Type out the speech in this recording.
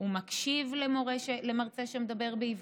הוא מקשיב למרצה שמדבר בעברית,